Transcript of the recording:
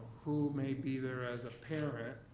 who may be there as a parent